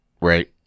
Right